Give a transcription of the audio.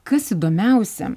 kas įdomiausia